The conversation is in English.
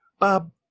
bob